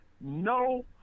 no